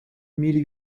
mille